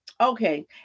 okay